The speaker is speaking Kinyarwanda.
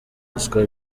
ruswa